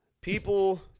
people